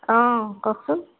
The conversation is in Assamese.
অঁ কওঁকচোন